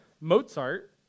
Mozart